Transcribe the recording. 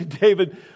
David